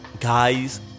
guys